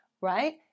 right